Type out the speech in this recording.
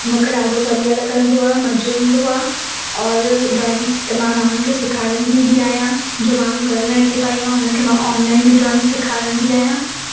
मुखे ॾाढो बढ़िया लॻंदो आ मज़ो ईंदो आहे और ड्रॉइंग मां माण्हुनि खे सेखारींदी बि आहियां जो माण्हू घर न अची पाईंदो आहे उन्हनि खे मां ऑनलाइन बि ड्रॉइंग सेखारंदी आहियां